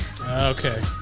Okay